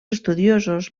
estudiosos